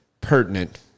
pertinent